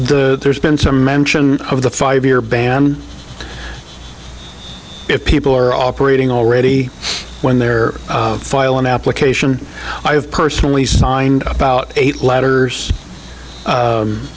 there there's been some mention of the five year ban if people are operating already when they're file an application i have personally signed about eight letters